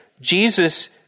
Jesus